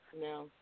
no